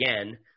again